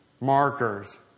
markers